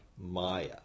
maya